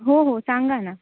हो हो सांगा ना